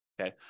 okay